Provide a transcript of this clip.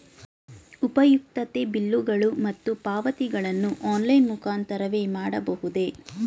ಉಪಯುಕ್ತತೆ ಬಿಲ್ಲುಗಳು ಮತ್ತು ಪಾವತಿಗಳನ್ನು ಆನ್ಲೈನ್ ಮುಖಾಂತರವೇ ಮಾಡಬಹುದೇ?